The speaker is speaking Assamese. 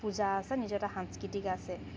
পূজা আছে নিজৰ এটা সাংস্কৃতিক আছে